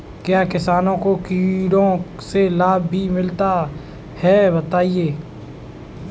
क्या किसानों को कीटों से लाभ भी मिलता है बताएँ?